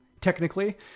technically